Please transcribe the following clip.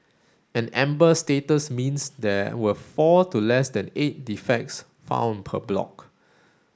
an amber status means there were four to less than eight defects found per block